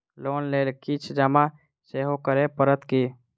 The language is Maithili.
लोन लेल किछ जमा सेहो करै पड़त की?